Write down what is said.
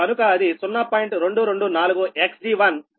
224 Xg1XT1 వచ్చి 0